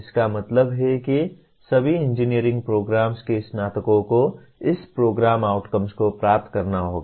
इसका मतलब है कि सभी इंजीनियरिंग प्रोग्राम्स के स्नातकों को इस प्रोग्राम आउटकम्स को प्राप्त करना होगा